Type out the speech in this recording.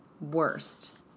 Worst